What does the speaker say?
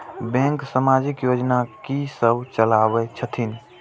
Bank समाजिक योजना की सब चलावै छथिन?